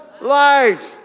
light